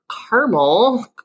caramel